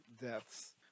deaths